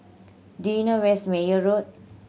do you know where is Meyer Road